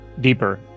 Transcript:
deeper